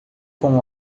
com